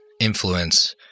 influence